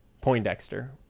Poindexter